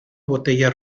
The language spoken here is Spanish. botella